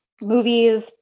movies